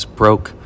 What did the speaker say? broke